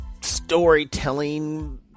storytelling